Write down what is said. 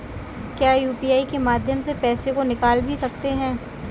क्या यू.पी.आई के माध्यम से पैसे को निकाल भी सकते हैं?